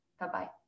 Bye-bye